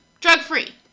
Drug-free